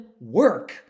work